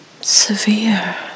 severe